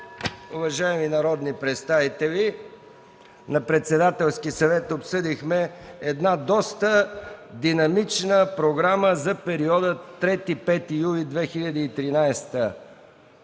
Уважаеми народни представители, на Председателския съвет обсъдихме доста динамична програма за периода 3-5 юли 2013 г.